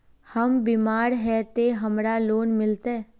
हम बीमार है ते हमरा लोन मिलते?